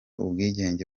ubwigenge